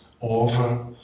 over